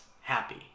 happy